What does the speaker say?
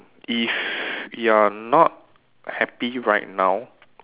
if you are not happy right now